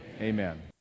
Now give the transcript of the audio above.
Amen